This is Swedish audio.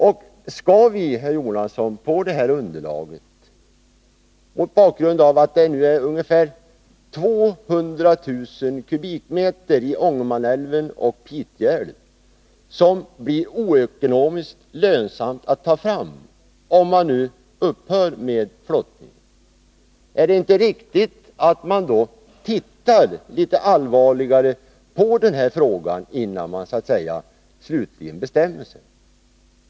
Är det, herr Jonasson, mot bakgrund av att det är ungefär 200 000 kubikmeter i Ångermanälven och Pite älv som det inte är ekonomiskt lönsamt att ta fram om man nu upphör med flottningen, inte riktigt att noggrannare undersöka denna fråga, innan man slutligen bestämmer sig?